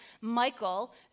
Michael